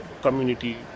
community